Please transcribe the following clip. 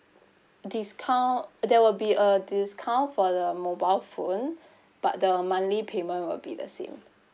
discount there will be a discount for the mobile phone but the monthly payment will be the same